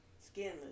skinless